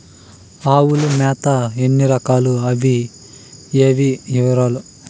ఆవుల మేత ఎన్ని రకాలు? అవి ఏవి? వివరాలు?